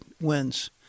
wins